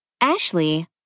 Ashley